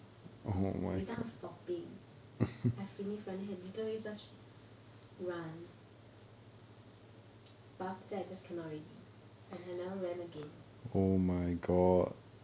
without stopping I finished running I had literally just run but after that I just cannot already and I never ran again